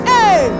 Hey